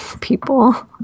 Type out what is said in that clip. people